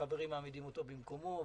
החברים מעמידים אותו במקומו.